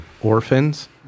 orphans